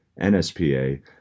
NSPA